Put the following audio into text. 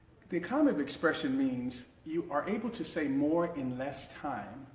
the economy of expression means you are able to say more in less time.